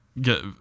get